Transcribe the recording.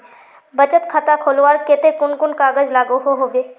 बचत खाता खोलवार केते कुन कुन कागज लागोहो होबे?